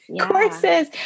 courses